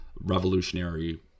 revolutionary